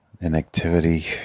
inactivity